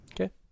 okay